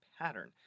Pattern